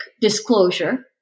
disclosure